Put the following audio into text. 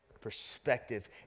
perspective